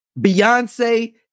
Beyonce